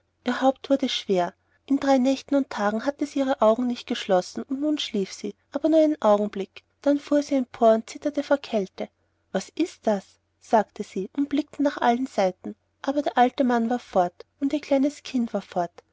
ihr haupt wurde schwer in drei nächten und tagen hatte sie ihre augen nicht geschlossen und nun schlief sie aber nur einen augenblick dann fuhr sie empor und zitterte vor kälte was ist das sagte sie und blickte nach allen seiten aber der alte mann war fort und ihr kleines kind war fort